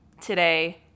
today